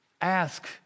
ask